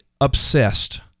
obsessed